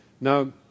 Now